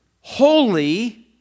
holy